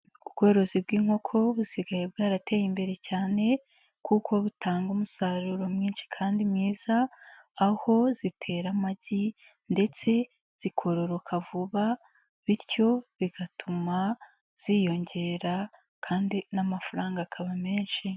Ubworozi bw'inkoko busigaye bwarateye imbere cyane kuko butanga umusaruro mwinshi kandi mwiza, aho zitera amagi ndetse zikororoka vuba bityo bigatuma ziyongera kandi n'amafaranga akaba menshi.